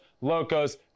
locos